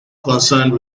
concerned